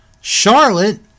Charlotte